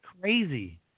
crazy